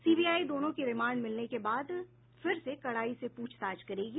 CBI दोनों की remand मिलने के बाद फिर से कड़ाई से पूछताछ करेगी